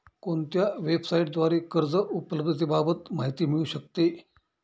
कोणत्या वेबसाईटद्वारे कर्ज उपलब्धतेबाबत माहिती मिळू शकते?